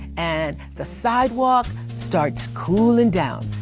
and the sidewalk starts cooling down,